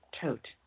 tote